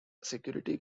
security